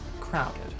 crowded